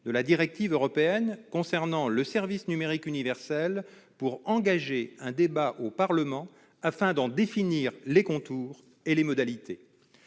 de la directive européenne concernant le service numérique universel pour engager un débat au Parlement, afin de définir les contours et les modalités